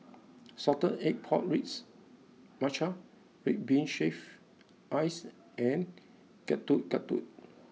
Salted Egg Pork Ribs Matcha Red Bean shaved Ice and Getuk Getuk